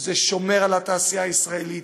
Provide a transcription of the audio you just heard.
זה שומר על התעשייה הישראלית,